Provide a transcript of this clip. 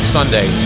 Sunday